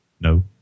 no